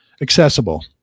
accessible